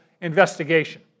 investigation